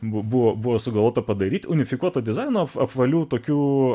buvo sugalvota padaryti unifikuoto dizaino apvalių tokių